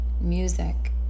music